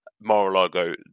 Mar-a-Lago